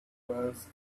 was